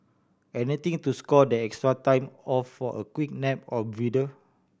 anything to score that extra time off for a quick nap or breather